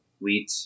wheat